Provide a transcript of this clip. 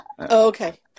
Okay